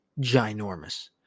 ginormous